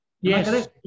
yes